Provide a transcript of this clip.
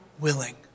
willing